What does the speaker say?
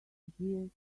business